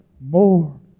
more